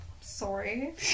sorry